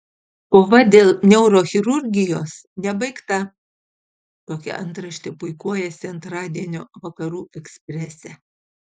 kova dėl neurochirurgijos nebaigta tokia antraštė puikuojasi antradienio vakarų eksprese